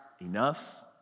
enough